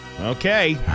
Okay